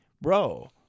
bro